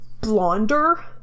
blonder